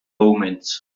omens